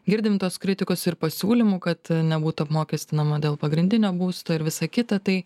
girdim tos kritikos ir pasiūlymų kad nebūtų apmokestinama dėl pagrindinio būsto ir visa kita tai